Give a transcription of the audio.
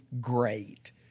great